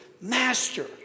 Master